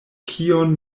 kion